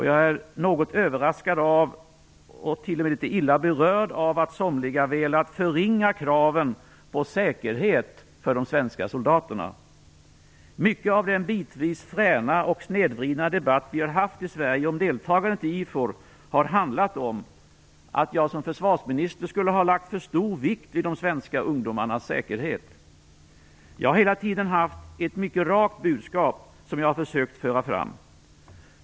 Jag är något överraskad av, och till och med litet illa berörd av, att somliga velat förringa kraven på säkerhet för de svenska soldaterna. Mycket av den bitvis fräna och snedvridna debatt vi har haft i Sverige om deltagandet i IFOR har handlat om att jag som försvarsminister skulle ha lagt för stor vikt vid de svenska ungdomarnas säkerhet. Jag har hela tiden haft ett mycket rakt budskap som jag har försökt föra fram.